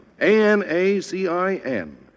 A-N-A-C-I-N